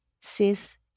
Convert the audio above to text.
Sis